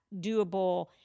doable